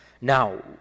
now